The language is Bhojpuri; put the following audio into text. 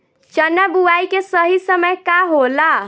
चना बुआई के सही समय का होला?